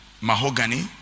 mahogany